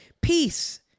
peace